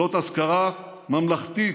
זאת אזכרה ממלכתית